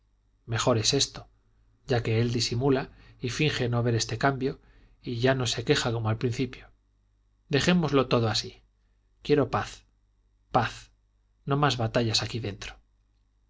mejor es esto ya que él disimula y finge no ver este cambio y ya no se queja como al principio dejémoslo todo así quiero paz paz no más batallas aquí dentro